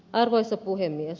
arvoisa puhemies